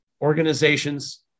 organizations